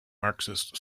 marxist